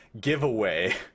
giveaway